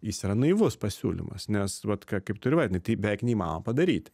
jis yra naivus pasiūlymas nes vat kaip tu ir įvardini tai beveik neįmanoma padaryti